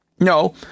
No